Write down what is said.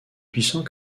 puissant